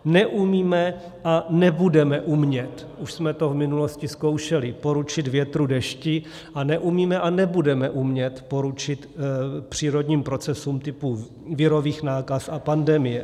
Neumíme a nebudeme umět, už jsme to v minulosti zkoušeli, poručit větru, dešti a neumíme a nebudeme umět poručit přírodním procesům typu virových nákaz a pandemie.